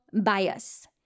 bias